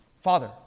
Father